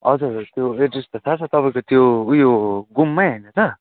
हजुर हजुर त्यो एड्रेस त थाह छ तपाईँको त्यो उयो घुमै होइन त